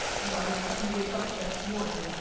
and by the time you wake up the next morning,